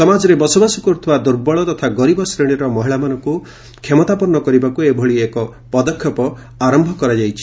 ସମାଜରେ ବସବାସ କରୁଥିବା ଦୁର୍ବଳ ତଥା ଗରୀବ ଶ୍ରେଣୀର ମହିଳାମାନଙ୍କୁ କ୍ଷମତାପନ୍ନ କରିବାକୁ ଏଭଳି ଏକ ପଦକ୍ଷେପ ଆରମ୍ଭ କରାଯାଇଛି